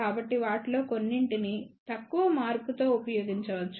కాబట్టి వాటిలో కొన్నింటిని తక్కువ మార్పుతో ఉపయోగించవచ్చు